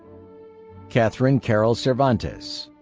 catherine carol cervantes.